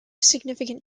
significant